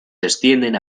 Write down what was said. descienden